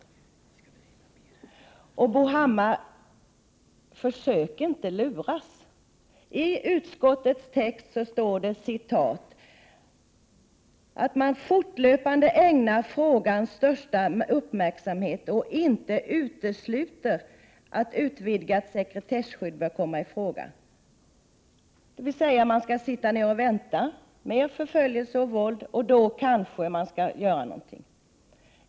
Försök inte, Bo Hammar, att luras! I utskottets skrivning står följande: ”——— att man inom regeringskansliet fortlöpande ägnar frågan största uppmärksamhet. Det kan naturligtvis inte uteslutas att ett ytterligare utvidgat sekretesskydd bör komma i fråga”, dvs. att man skall sitta ned och vänta på mer förföljelse och våld. Sedan kanske man skall göra någonting.